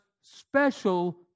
special